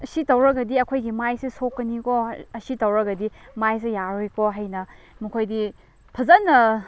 ꯑꯁꯤ ꯇꯧꯔꯒꯗꯤ ꯑꯩꯈꯣꯏꯒꯤ ꯃꯥꯏꯁꯦ ꯁꯣꯛꯀꯅꯤꯀꯣ ꯑꯁꯤ ꯇꯧꯔꯒꯗꯤ ꯃꯥꯏꯁꯦ ꯌꯥꯔꯔꯣꯏꯀꯣ ꯍꯥꯏꯅ ꯃꯈꯣꯏꯗꯤ ꯐꯖꯅ